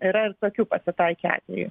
yra ir tokių pasitaikė atvejų